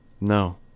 No